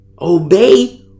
Obey